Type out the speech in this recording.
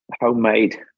homemade